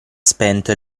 spento